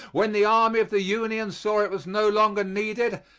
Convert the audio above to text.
when the army of the union saw it was no longer needed,